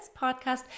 podcast